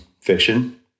fiction